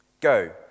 Go